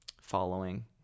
following